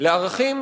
לערכים